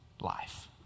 life